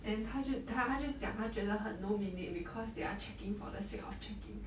then 他就他他就讲他觉得很 no meaning because they are checking for the sake of checking